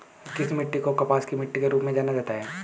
किस मिट्टी को कपास की मिट्टी के रूप में जाना जाता है?